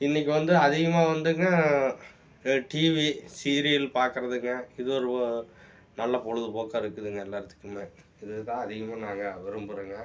இன்னைக்கு வந்து அதிகமாக வந்துங்க இது டிவி சீரியல் பாக்கிறதுங்க இது ஒரு நல்ல பொழுதுபோக்காக இருக்குதுங்க எல்லாத்துக்குமே இதுதான் அதிகமாக நாங்கள் விரும்புகிறோங்க